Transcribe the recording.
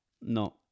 No